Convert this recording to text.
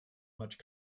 much